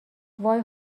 وای